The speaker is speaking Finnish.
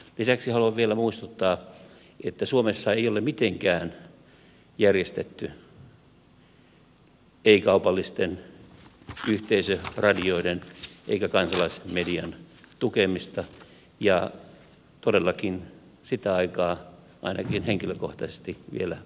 lisäksi haluan vielä muistuttaa että suomessa ei ole mitenkään järjestetty ei kaupallisten yhteisöradioiden eikä kansalaismedian tukemista ja todellakin sitä aikaa ainakin henkilökohtaisesti vielä odotan